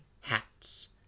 hats